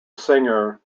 singer